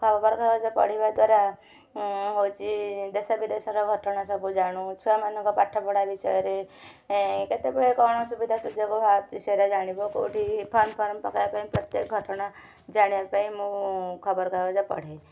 ଖବର କାଗଜ ପଢ଼ିବା ଦ୍ୱାରା ହଉଛି ଦେଶ ବିଦେଶର ଘଟଣା ସବୁ ଜାଣୁ ଛୁଆମାନଙ୍କ ପାଠପଢ଼ା ବିଷୟରେ କେତେବେଳେ କ'ଣ ସୁବିଧା ସୁଯୋଗ ବାହାରୁଛି ସେଇଟା ଜାଣିବ କେଉଁଠି ଫର୍ମ ଫର୍ମ ପକେଇବା ପାଇଁ ପ୍ରତ୍ୟେକ ଘଟଣା ଜାଣିବା ପାଇଁ ମୁଁ ଖବର କାଗଜ ପଢ଼େ